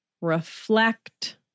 reflect